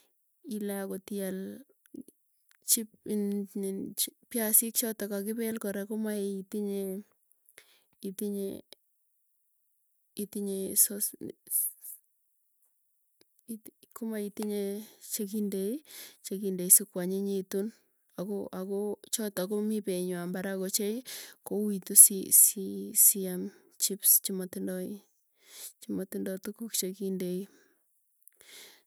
Ile akot ial chip piasik chotok kakipel kora komae itinye, itinye komaitinye chekindei chekindei sukwanyinyitun, ako ako chotok komii peiywai parak ochei. Kouitu si si sii siam chips chimatindoi chimatindo tuguk chekiindei.